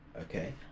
Okay